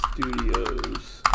Studios